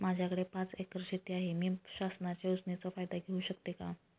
माझ्याकडे पाच एकर शेती आहे, मी शासनाच्या योजनेचा फायदा घेऊ शकते का?